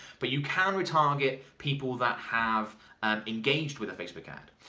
but you can retarget people that have engaged with a facebook ad.